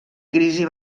crisi